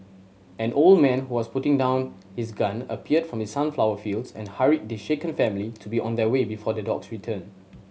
an old man who was putting down his gun appeared from the sunflower fields and hurried the shaken family to be on their way before the dogs return